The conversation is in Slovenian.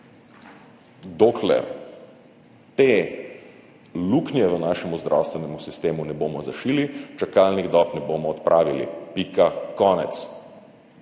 Dokler te luknje v našem zdravstvenemu sistemu ne bomo zašili, čakalnih dob ne bomo odpravili. Pika, konec.